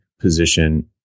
position